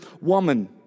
woman